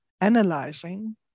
analyzing